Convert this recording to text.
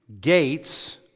gates